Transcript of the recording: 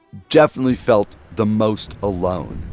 definitely felt the most alone.